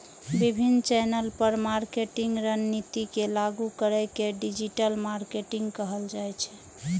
विभिन्न चैनल पर मार्केटिंग रणनीति के लागू करै के डिजिटल मार्केटिंग कहल जाइ छै